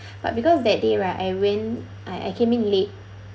but because that day right I went I I came in late